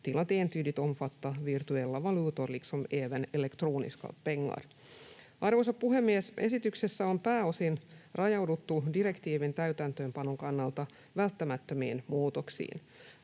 till att entydigt omfatta virtuella valutor liksom även elektroniska pengar. Arvoisa puhemies! Esityksessä on pääosin rajauduttu direktiivin täytäntöönpanon kannalta välttämättömiin muutoksiin.